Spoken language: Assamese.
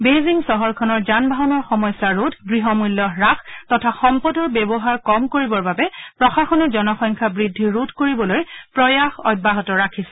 বেইজিঙ চহৰখনৰ যানবাহনৰ সমস্যা ৰোধ গৃহমূল্য হ্ৰাস তথা সম্পদৰ ব্যৱহাৰ কম কৰিবৰ বাবে প্ৰশাসনে জনসংখ্যা বৃদ্ধি ৰোধ কৰিবলৈ প্ৰয়াস অব্যাহত ৰাখিছে